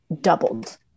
doubled